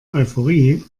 euphorie